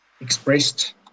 expressed